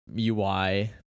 ui